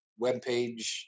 webpage